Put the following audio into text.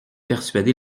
persuadé